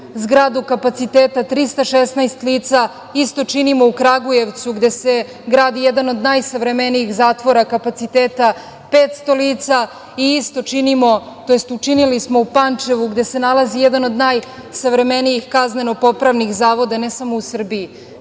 zgradu kapaciteta 316 lica. Isto činimo u Kragujevcu, gde se gradi jedan od najsavremenijih zatvora kapaciteta 500 lica i isto činimo, tj. učinili smo u Pančevu, gde se nalazi jedan od najsavremenijih kazneno-popravnih zavoda ne samo u Srbiji,